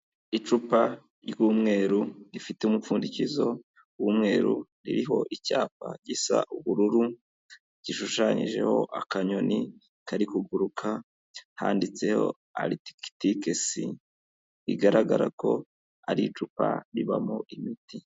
Icupa ry'umweru rifite umupfundikizo w'umweru ririho icyapa gisa ubururu gishushanyijeho akanyoni kari kuguruka handitseho Arctic Sea, bigaragara ko ari icupa ribamo imiti.